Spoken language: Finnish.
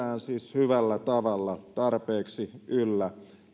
pidetään hyvällä tavalla tarpeeksi yllä